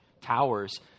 towers